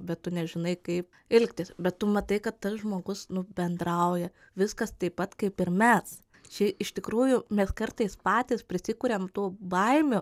bet tu nežinai kaip elgtis bet tu matai kad tas žmogus bendrauja viskas taip pat kaip ir mes čia iš tikrųjų mes kartais patys prisikuriam tų baimių